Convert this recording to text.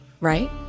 right